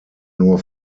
nur